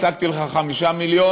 השגתי לך 5 מיליון,